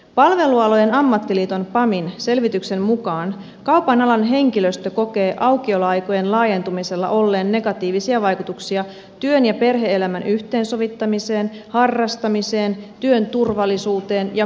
palvelualojen ammattiliiton pamin selvityksen mukaan kaupan alan henkilöstö kokee aukioloaikojen laajentumisella olleen negatiivisia vaikutuksia työn ja perhe elämän yhteensovittamiseen harrastamiseen työn turvallisuuteen ja kulkuyhteyksiin